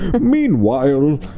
Meanwhile